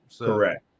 Correct